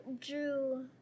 drew